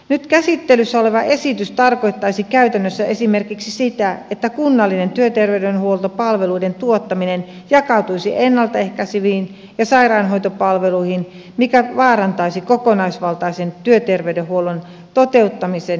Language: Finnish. nyt käsittelyssä oleva esitys tarkoittaisi käytännössä esimerkiksi sitä että kunnallinen työterveydenhuoltopalveluiden tuottaminen jakautuisi ennalta ehkäiseviin ja sairaanhoitopalveluihin mikä vaarantaisi kokonaisvaltaisen työterveydenhuollon toteuttamisen julkisella sektorilla